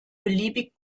beliebig